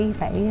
phải